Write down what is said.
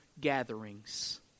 gatherings